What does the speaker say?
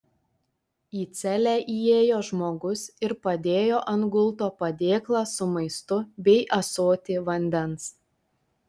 į celę įėjo žmogus ir padėjo ant gulto padėklą su maistu bei ąsotį vandens